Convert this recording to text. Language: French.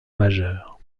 majeur